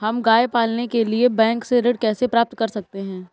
हम गाय पालने के लिए बैंक से ऋण कैसे प्राप्त कर सकते हैं?